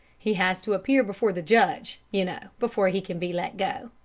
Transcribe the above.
he has to appear before the judge, you know, before he can be let go.